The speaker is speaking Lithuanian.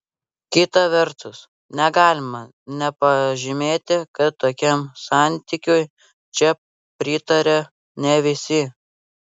kita vertus negalima nepažymėti kad tokiam santykiui čia pritaria ne visi